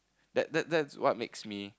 that that that's what makes me